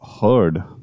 heard